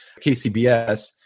KCBS